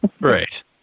Right